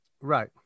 Right